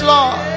Lord